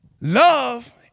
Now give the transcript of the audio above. Love